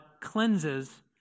cleanses